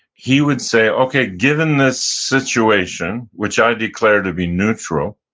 he would say, okay, given this situation, which i declare to be neutral,